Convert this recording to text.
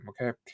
okay